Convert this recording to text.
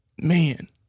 Man